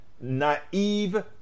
naive